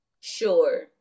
Sure